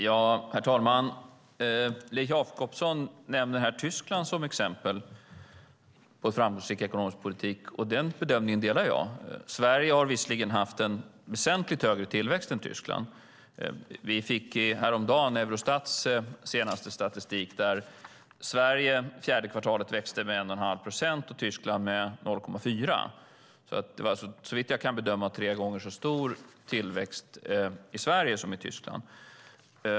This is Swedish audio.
Herr talman! Leif Jakobsson nämner Tyskland som exempel på framgångsrik ekonomisk politik. Den bedömningen delar jag. Sverige har visserligen haft en väsentligt högre tillväxt än Tyskland. Vi fick häromdagen Eurostats senaste statistik. Sverige växte under fjärde kvartalet med 1,5 procent och Tyskland med 0,4 procent. Såvitt jag kan bedöma var det tre gånger så stor tillväxt i Sverige som i Tyskland.